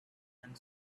and